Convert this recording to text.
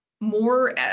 more